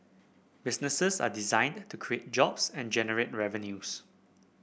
businesses are designed to create jobs and generate revenues